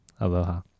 aloha